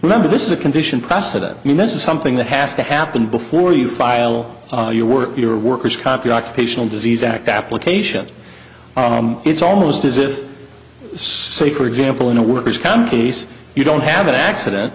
remember this is a condition precedent and this is something that has to happen before you file your work your workers comp your occupational disease act application it's almost as if say for example in a worker's comp case you don't have an accident